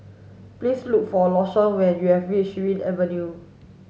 please look for Lashawn when you reach Surin Avenue